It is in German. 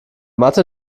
mathe